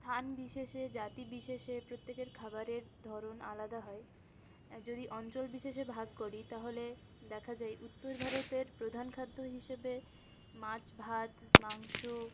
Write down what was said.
স্থান বিশেষে জাতি বিশেষে প্রত্যেকের খাবারের ধরণ আলাদা হয় আর যদি অঞ্চল বিশেষে ভাগ করি তাহলে দেখা যায় উত্তর ভারতের প্রধান খাদ্য হিসেবে মাছ ভাত মাংস